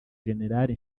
jenerali